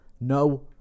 No